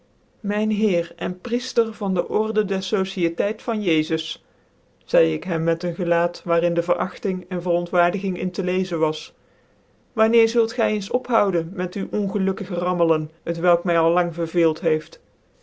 myn heer cn pricftcr van dc order der sociëteit van jezus zeidc ik hem met een gelaat waar in dc vcragting en verontwaardiging in te icczcn was wanneer zult gy eens ophouden met u ongelukkig rammelen t welk my allang verveelt heeft